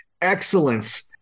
excellence